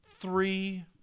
three